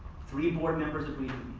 three board members agreed